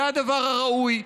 זה הדבר הראוי,